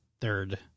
third